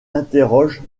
interroge